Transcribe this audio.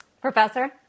Professor